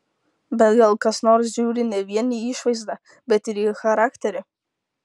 bet gal kas nors žiūri ne vien į išvaizdą bet ir į charakterį